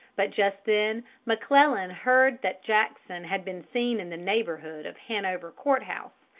but just then mcclellan heard that jackson had been seen in the neighborhood of hanover court-house,